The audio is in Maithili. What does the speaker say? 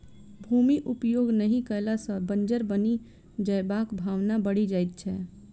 भूमि उपयोग नहि कयला सॅ बंजर बनि जयबाक संभावना बढ़ि जाइत छै